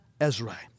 Ezra